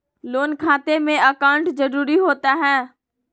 Loan खाते में account जरूरी होता है?